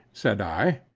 said i,